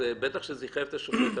בטח שזה יחייב את השופט.